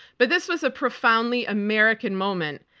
but this was a profoundly american moment.